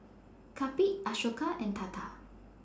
Kapil Ashoka and Tata